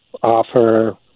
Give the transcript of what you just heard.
offer